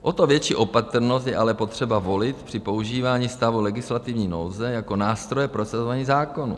O to větší opatrnost je ale potřeba volit při používání stavu legislativní nouze jako nástroje prosazování zákonů.